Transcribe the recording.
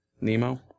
Nemo